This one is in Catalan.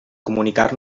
comunicar